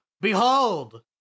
Behold